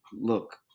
look